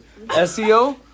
SEO